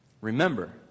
Remember